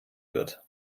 wird